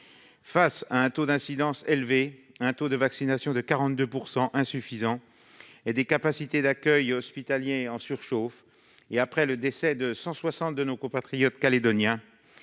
Face à un taux d'incidence élevé, à un taux de vaccination de 42 % insuffisant, et à des capacités d'accueil hospitalières en surchauffe, et après le décès de 160 de nos compatriotes calédoniens,